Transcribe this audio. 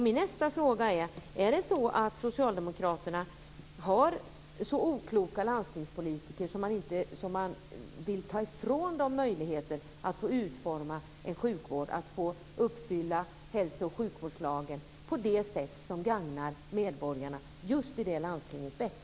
Min nästa fråga är: Har Socialdemokraterna så okloka landstingspolitiker att man vill ta ifrån dem möjligheten att få utforma en sjukvård och att få uppfylla hälso och sjukvårdslagen på det sätt som gagnar medborgarna just i det landstinget bäst?